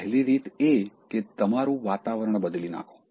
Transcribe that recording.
પહેલી રીત એ કે તમારું વાતાવરણ બદલી નાંખો